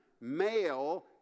Male